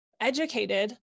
educated